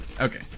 Okay